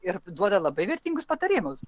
ir duoda labai vertingus patarimus